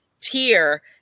tier